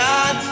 God